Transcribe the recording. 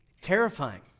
terrifying